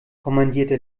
kommandierte